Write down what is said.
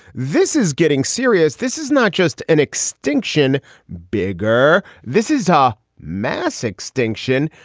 this is getting serious. this is not just an extinction bigger. this is a mass extinction.